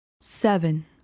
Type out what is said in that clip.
seven